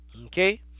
Okay